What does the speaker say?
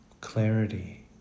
clarity